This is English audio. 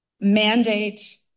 mandate